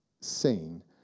seen